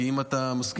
כי אם אתה מסכים,